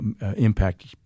impact